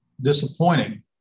disappointing